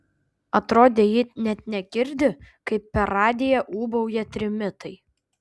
atrodė ji net negirdi kaip per radiją ūbauja trimitai